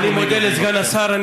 אני מודה לסגן השר.